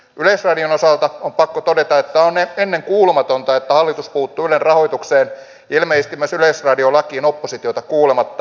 yleisradion osalta on pakko todeta että on ennenkuulumatonta että hallitus puuttuu ylen rahoitukseen ja ilmeisesti myös yleisradio lakiin oppositiota kuulematta